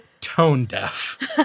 tone-deaf